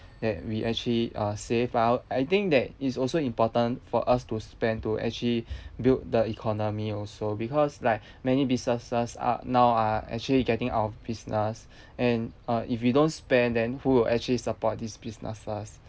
that we actually uh save up I think that is also important for us to spend to actually build the economy also because like many businesses are now are actually getting out of business and uh if you don't spend then who will actually support these businesses